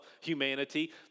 humanity